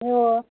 ನೀವು